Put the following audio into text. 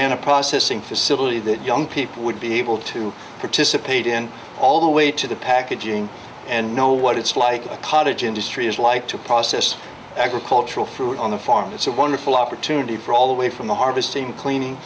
banana processing facility that young people would be able to participate in all the way to the packaging and know what it's like a cottage industry is like to process agricultural fruit on the farm it's a wonderful opportunity for all the way from the harvesting cleaning